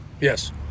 Yes